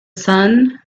sun